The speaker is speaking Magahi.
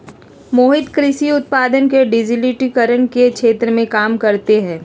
मोहित कृषि उत्पादक के डिजिटिकरण के क्षेत्र में काम करते हई